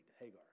Hagar